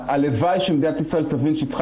הלוואי שמדינת ישראל תבין שהיא צריכה